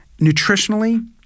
Nutritionally